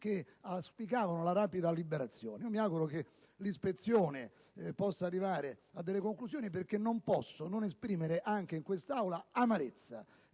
ne auspicavano la rapida liberazione. Mi auguro che l'ispezione possa arrivare a delle conclusioni perché non posso non esprimere anche in quest'Aula amarezza